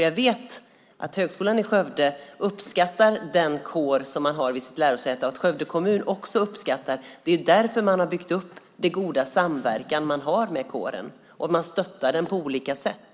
Jag vet att Högskolan i Skövde uppskattar den kår som man har vid sitt lärosäte och att Skövde kommun också uppskattar den. Det är därför som man har byggt upp den goda samverkan som man har med kåren, och man stöttar den på olika sätt.